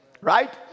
right